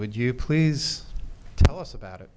would you please tell us about it